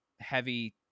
heavy